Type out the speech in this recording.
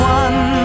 one